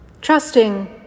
Trusting